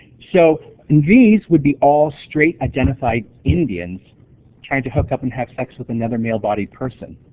so and these would be all straight-identified indians trying to hook up and have sex with another male-bodied person.